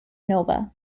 nova